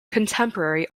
contemporary